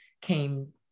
came